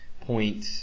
point